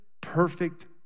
perfect